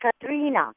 Katrina